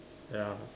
ya